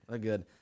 Good